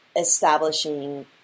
establishing